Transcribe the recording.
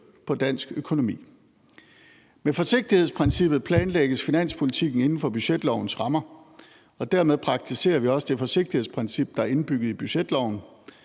på dansk økonomi. Med forsigtighedsprincippet planlægges finanspolitikken inden for budgetlovens rammer, og dermed praktiserer vi også det forsigtighedsprincip, der er indbygget i budgetloven,